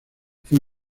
fue